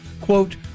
quote